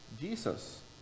Jesus